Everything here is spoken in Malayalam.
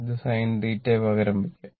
ഇത് sin θ പകരം വയ്ക്കാം